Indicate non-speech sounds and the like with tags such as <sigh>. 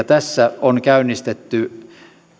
<unintelligible> tässä on käynnistetty